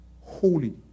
holy